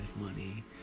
money